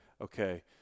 okay